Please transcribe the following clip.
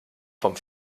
vom